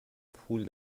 پول